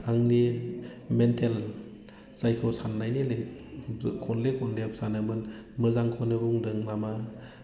आंनि मेन्टेल जायखौ साननायनि खनले खनले सानोमोन मोजांखौनो बुंदों नामा